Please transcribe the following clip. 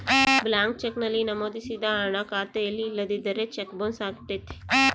blank cheque ನಲ್ಲಿ ನಮೋದಿಸಿದ ಹಣ ಖಾತೆಯಲ್ಲಿ ಇಲ್ಲದಿದ್ದರೆ ಚೆಕ್ ಬೊನ್ಸ್ ಅಗತ್ಯತೆ